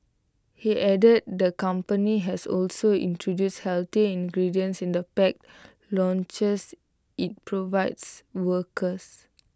he added the company has also introduced healthier ingredients in the packed lunches IT provides workers